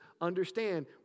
understand